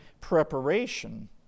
preparation